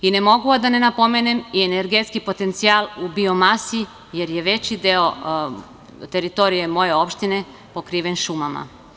Ne mogu a da ne napomenem i energetski potencijal u biomasi, jer je veći deo teritorije moje opštine pokriven šumama.